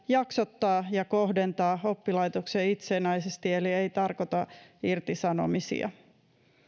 jaksottaa ja kohdentaa oppilaitoksen itsenäisesti eli se ei tarkoita irtisanomisia